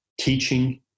teaching